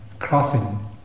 Crossing